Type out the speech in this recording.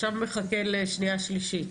עכשיו מחכה לשנייה, שלישית.